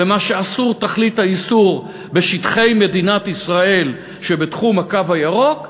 ומה שאסור תכלית האיסור בשטחי מדינת ישראל שבתחום הקו הירוק,